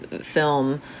film